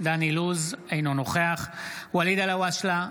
אינו נוכח ואליד אלהואשלה,